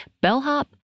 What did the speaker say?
bellhop